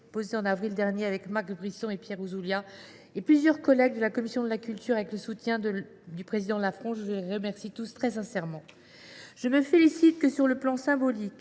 mois d’avril dernier avec Max Brisson, Pierre Ouzoulias et plusieurs de nos collègues de la commission de la culture, avec le soutien du président Laurent Lafon ; je les remercie tous très sincèrement. Je me félicite, sur le plan symbolique,